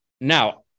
Now